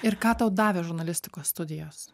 ir ką tau davė žurnalistikos studijos